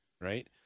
right